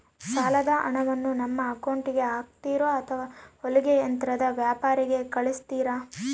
ಸಾಲದ ಹಣವನ್ನು ನಮ್ಮ ಅಕೌಂಟಿಗೆ ಹಾಕ್ತಿರೋ ಅಥವಾ ಹೊಲಿಗೆ ಯಂತ್ರದ ವ್ಯಾಪಾರಿಗೆ ಕಳಿಸ್ತಿರಾ?